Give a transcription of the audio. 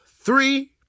three